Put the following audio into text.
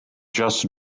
just